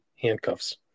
handcuffs